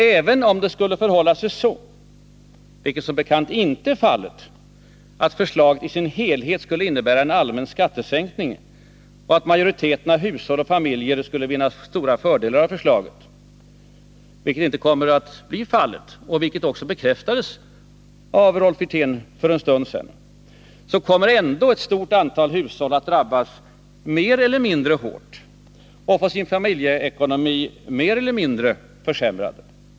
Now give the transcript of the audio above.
Även om det skulle förhålla sig så — vilket som bekant inte är fallet — att förslaget i dess helhet skulle innebära en allmän skattesänkning och att majoriteten av hushåll och familjer skulle vinna stora fördelar av förslaget, vilket inte kommer att bli fallet, något som bekräftades av Rolf Wirtén för en stund sedan, kommer ändå ett stort antal hushåll att drabbas mer eller mindre hårt och få sin familjeekonomi mer eller mindre försämrad.